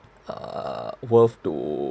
uh worth to